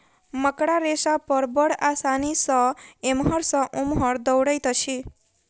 मकड़ा रेशा पर बड़ आसानी सॅ एमहर सॅ ओमहर दौड़ैत अछि